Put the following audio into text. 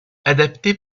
adaptés